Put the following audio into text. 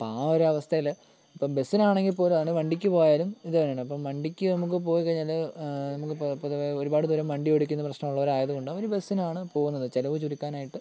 അപ്പം ആ ഒരവസ്ഥയിൽ ഇപ്പം ബസിനാണെങ്കിൽ പോലും അങ്ങനെ വണ്ടിക്ക് പോയാലും ഇത് തന്നാണ് അപ്പം വണ്ടിക്ക് നമുക്ക് പോയി കഴിഞ്ഞാൽ നമുക്കിപ്പോൾ ഇപ്പോൾ ഒരുപാട് ദൂരം വണ്ടി ഓടിക്കുന്ന പ്രശ്നം ഉള്ളവരായത് കൊണ്ട് അവർ ബസിനാണ് പോവുന്നത് ചിലവ് ചുരുക്കാനായിട്ട്